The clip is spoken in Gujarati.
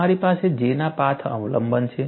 તમારી પાસે J ના પાથ અવલંબન છે